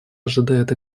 ожидает